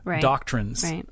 doctrines